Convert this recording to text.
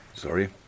Sorry